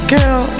Girl